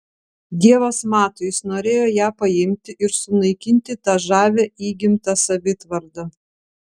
dievas mato jis norėjo ją paimti ir sunaikinti tą žavią įgimtą savitvardą